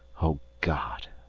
oh, god!